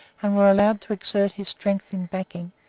and were allowed to exert his strength in backing,